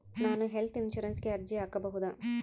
ನಾನು ಹೆಲ್ತ್ ಇನ್ಶೂರೆನ್ಸಿಗೆ ಅರ್ಜಿ ಹಾಕಬಹುದಾ?